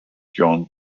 john